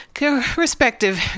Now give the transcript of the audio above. respective